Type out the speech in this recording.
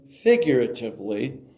figuratively